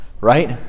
Right